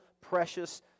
precious